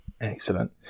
Excellent